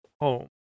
home